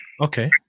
Okay